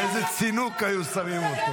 באיזה צינוק היו שמים אותו.